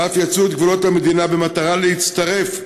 ואף יצאו את גבולות המדינה במטרה להצטרף לשורותיו.